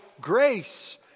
grace